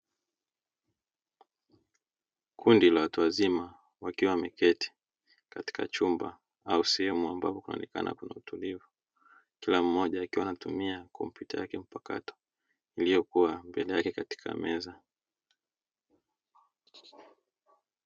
Kundi la watu wazima wakiwa wameketi katika chumba au sehemu ambayo kunaonekana kuna utulivu, kila mmoja akiwa anatumia kompyuta yake mpakato, iliyokua mbele yake katika meza.